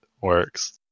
works